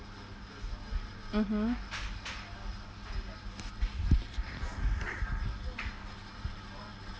mmhmm